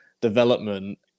development